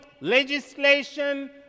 legislation